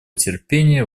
терпение